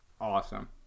awesome